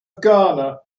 ghana